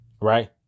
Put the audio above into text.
Right